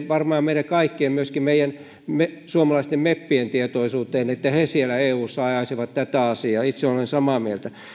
varmaan meidän kaikkien viedä myöskin suomalaisten meppien tietoisuuteen että he siellä eussa ajaisivat tätä asiaa itse olen samaa mieltä